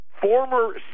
Former